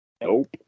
Nope